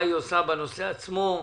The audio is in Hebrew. מה היא עושה בנושא עצמו.